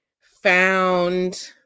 found